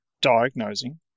diagnosing